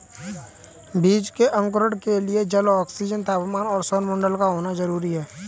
बीज के अंकुरण के लिए जल, ऑक्सीजन, तापमान और सौरप्रकाश का होना जरूरी है